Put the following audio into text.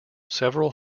several